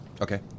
Okay